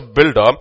builder